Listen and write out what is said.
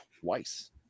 twice